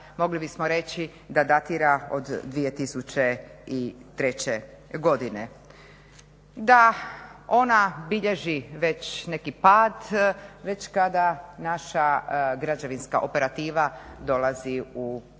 mogli bismo reći da datira od 2003. godine. Da ona bilježi već neki pad, već kada naša građevinska operativa dolazi u probleme,